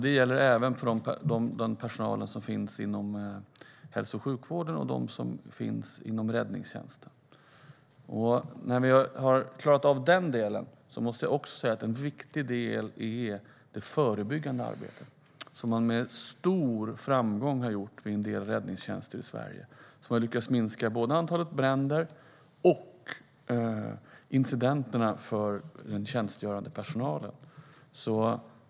Det gäller även för personalen inom hälso och sjukvården och inom räddningstjänsten. Jag måste också säga att en viktig del är det förebyggande arbetet som man med stor framgång har gjort vid en del räddningstjänster i Sverige. Man har lyckats minska både antalet bränder och antalet incidenter för den tjänstgörande personalen.